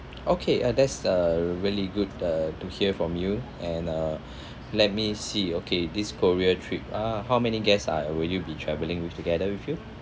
okay uh that's uh really good uh to hear from you and uh let me see okay this korea trip ah how many guests are will you be travelling with together with you